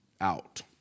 out